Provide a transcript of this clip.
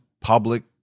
public